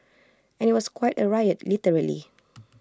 and IT was quite A riot literally